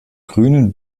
grünen